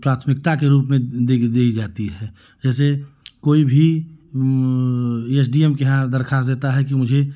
प्राथमिकता के रूप में दी जाती है जैसे कोई भी यचडीएम के यहाँ दरखास्त देता है कि मुझे